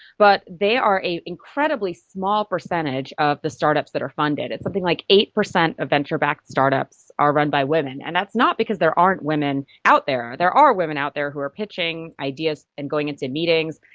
but they are an incredibly small percentage of the start-ups that are funded. it's something like eight percent of venture backed start-ups are run by women. and that's not because there aren't women out there, there are women out there who are pitching ideas and going into meetings.